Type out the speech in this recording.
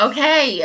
Okay